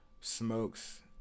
smokes